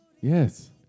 Yes